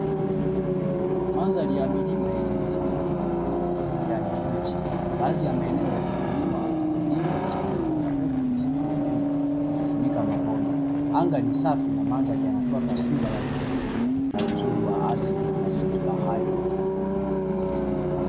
Mandhari ya vilima vilivyofunikwa na kijani kibichi baadhi ya maeneo yametumiwa kwa kilimo cha matuta huku misitu minene ikifunika mabonde, anga ni safi linatoa taswira ya utulivu na uzuri wa asili wa mazingira hayo.